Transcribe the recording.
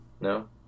No